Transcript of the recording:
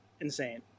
insane